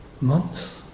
months